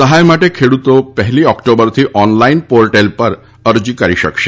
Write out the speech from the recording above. સહાય માટે ખેડૂતો પહેલી ઓક્ટોબરથી ઓનલાઇન પોર્ટલ પર અરજી કરી શકશે